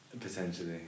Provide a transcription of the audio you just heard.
Potentially